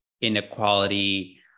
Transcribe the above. inequality